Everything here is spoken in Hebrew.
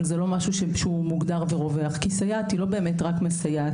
אבל זה לא משהו שהוא מוגדר ורווח כי סייעת היא לא באמת רק מסייעת.